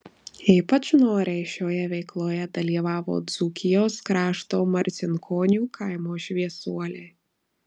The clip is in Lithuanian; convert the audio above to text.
ypač noriai šioje veikloje dalyvavo dzūkijos krašto marcinkonių kaimo šviesuoliai